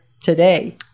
today